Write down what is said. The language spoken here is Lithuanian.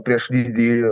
prieš didįjį